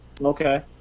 Okay